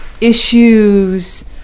issues